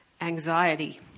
anxiety